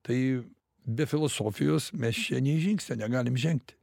tai be filosofijos mes čia nė žingsnio negalim žengt